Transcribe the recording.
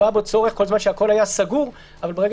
לא היה בו צורך כל זמן שהכל היה סגור אבל ברגע